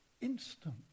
instant